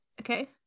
Okay